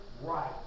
right